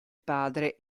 padre